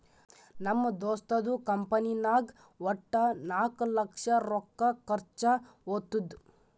ನಮ್ ದೋಸ್ತದು ಕಂಪನಿನಾಗ್ ವಟ್ಟ ನಾಕ್ ಲಕ್ಷ ರೊಕ್ಕಾ ಖರ್ಚಾ ಹೊತ್ತುದ್